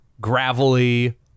gravelly